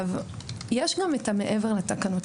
יש גם את מה שמעבר לתקנות.